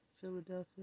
Philadelphia